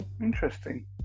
Interesting